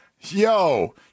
yo